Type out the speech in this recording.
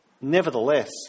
nevertheless